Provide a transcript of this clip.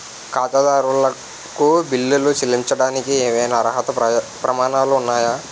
ఖాతాదారులకు బిల్లులు చెల్లించడానికి ఏవైనా అర్హత ప్రమాణాలు ఉన్నాయా?